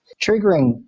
triggering